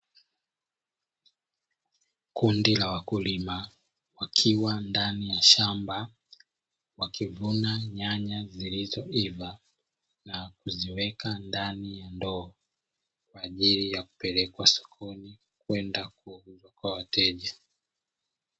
Kundi la wakulima wakiwa ndani ya shamba wakivuna nyanya zilizoiva na kuziweka ndani ya ndoo kwa ajili ya kupelekwa sokoni kwenda kwa wateja.